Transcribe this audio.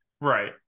Right